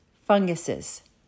funguses